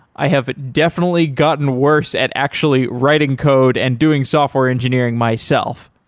i have definitely gotten worse at actually writing code and doing software engineering myself.